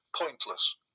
pointless